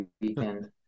weekend